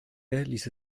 ließe